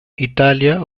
italia